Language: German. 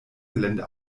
gelände